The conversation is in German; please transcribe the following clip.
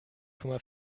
komma